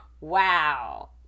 wow